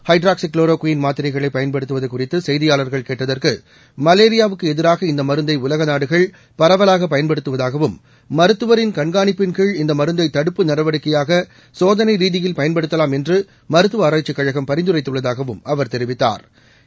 hydroxychloroquine மாத்திரைகளை பயன்படுத்துவது குறித்து செய்தியாளர்கள் கேட்டதற்கு மலேரியாவுக்கு எதிராக இந்த மருந்தை உலக நாடுகள் பரவலாக பயன்படுத்துவதாகவும் மருத்துவரின் கண்காணிப்பின்கீழ் இந்த மருந்தை தடுப்பு நடவடிக்கையாக சோதனை ரீதியில் பயன்படுத்தலாம் என்று மருத்துவ ஆராய்ச்சிக்கழம் பரிந்துரைத்துள்ளதாகவும் அவா் தெரிவித்தாா்